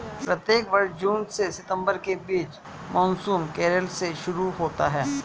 प्रत्येक वर्ष जून से सितंबर के बीच मानसून केरल से शुरू होता है